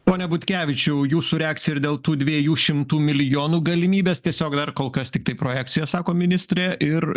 pone butkevičiau jūsų reakcija ir dėl tų dviejų šimtų milijonų galimybės tiesiog dar kol kas tiktai projekcija sako ministrė ir